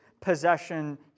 possession